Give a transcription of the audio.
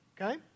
okay